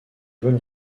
vols